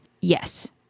yes